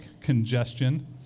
congestion